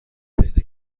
پیدا